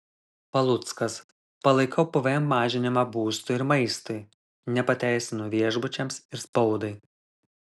paluckas palaikau pvm mažinimą būstui ir maistui nepateisinu viešbučiams ir spaudai